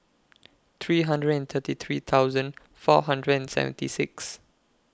three hundred and thirty three thousand four hundred and seventy six